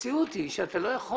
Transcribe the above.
המציאות היא שאתה לא יכול.